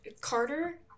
Carter